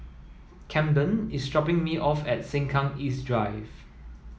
Camden is dropping me off at Sengkang East Drive